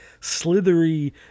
slithery